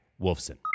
Wolfson